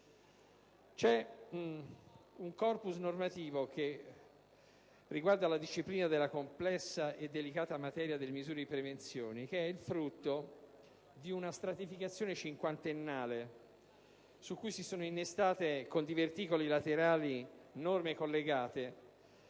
C'è un *corpus* normativo che riguarda la disciplina della complessa e delicata materia delle misure di prevenzione, che è il frutto di una stratificazione cinquantennale su cui si sono innestate, con diverticoli laterali, norme collegate